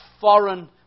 foreign